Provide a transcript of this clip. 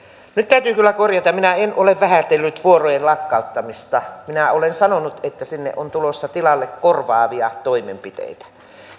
nyt täytyy kyllä korjata minä en ole vähätellyt vuorojen lakkauttamista minä olen sanonut että sinne on tulossa tilalle korvaavia toimenpiteitä